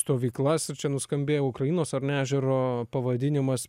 stovyklas ir čia nuskambėjo ukrainos ar ne ežero pavadinimas